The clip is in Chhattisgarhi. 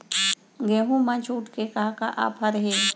गेहूँ मा छूट के का का ऑफ़र हे?